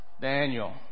Daniel